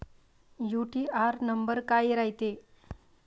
UTR number काय रायते?